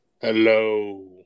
Hello